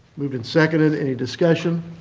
moved and seconded. any discussion?